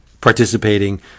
participating